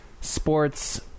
sports